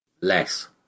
Less